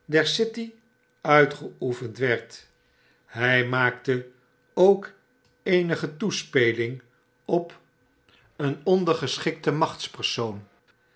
der city uitgeoefend werd hij maakte ook eenige toespeling op een ondergeschikte